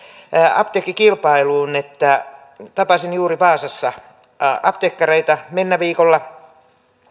apteekkikilpailuun että tapasin juuri vaasassa apteekkareita männä viikolla